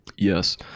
Yes